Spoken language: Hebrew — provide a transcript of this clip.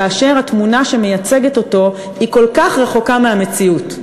כאשר התמונה שמייצגת אותו היא כל כך רחוקה מהמציאות.